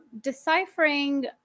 deciphering